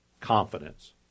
confidence